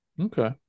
Okay